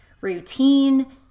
routine